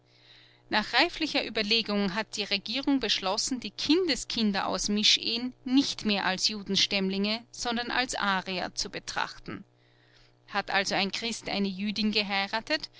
nach reiflicher ueberlegung hat die regierung beschlossen die kindeskinder aus mischehen nicht mehr als judenstämmlinge sondern als arier zu betrachten hat also ein christ eine jüdin geheiratet